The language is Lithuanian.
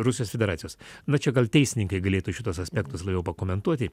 rusijos federacijos na čia gal teisininkai galėtų šituos aspektus labiau pakomentuoti